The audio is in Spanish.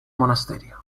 monasterio